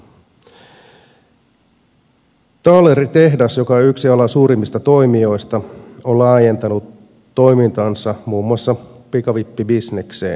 taaleritehdas joka on yksi alan suurimmista toimijoista on laajentanut toimintaansa muun muassa pikavippibisnekseen